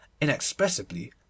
inexpressibly